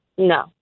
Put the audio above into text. No